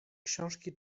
książki